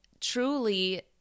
truly